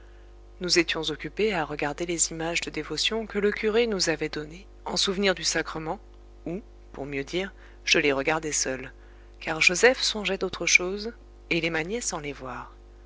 nous étions occupés à regarder les images de dévotion que le curé nous avait données en souvenir du sacrement ou pour mieux dire je les regardais seul car joseph songeait d'autre chose et les maniait sans les voir